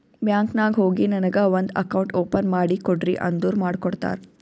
bank ನಾಗ್ ಹೋಗಿ ನನಗ ಒಂದ್ ಅಕೌಂಟ್ ಓಪನ್ ಮಾಡಿ ಕೊಡ್ರಿ ಅಂದುರ್ ಮಾಡ್ಕೊಡ್ತಾರ್